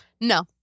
No